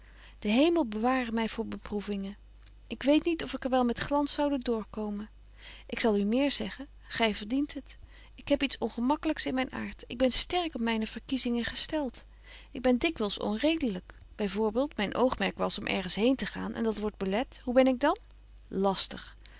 de hemel beware my voor beproevingen ik weet niet of ik er wel met glans zoude doorkomen ik zal u meer zeggen gy verdient het ik heb iets ongemakkelyks in myn aart ik ben sterk op myne verkiezingen gestelt ik ben dikwyls onredelyk by voorbeeld myn oogmerk was om ergens heen te gaan en dat wordt belet hoe ben ik dan lastig